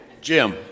Jim